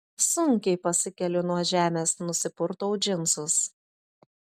sunkiai pasikeliu nuo žemės nusipurtau džinsus